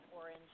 orange